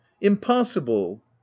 impossible